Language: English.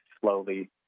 slowly